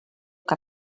que